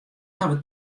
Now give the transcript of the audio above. hawwe